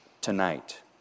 tonight